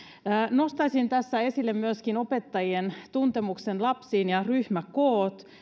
nostaisin tässä esille myöskin opettajien tuntemuksen lapsiin ja ryhmäkoot